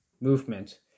movement